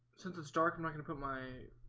since it's dark. i'm not gonna put my